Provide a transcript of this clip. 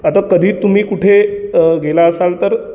आता कधी तुम्ही कुठे गेला असाल तर